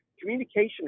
communication